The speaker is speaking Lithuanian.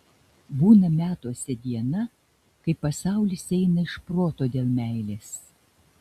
būna metuose diena kai pasaulis eina iš proto dėl meilės